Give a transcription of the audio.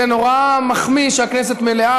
זה נורא מחמיא שהכנסת מלאה,